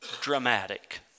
dramatic